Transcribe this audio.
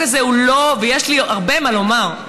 ויש לי הרבה מה לומר,